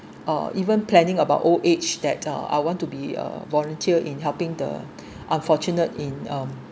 uh even planning about old age that uh I want to be a volunteer in helping the unfortunate in um